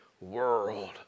world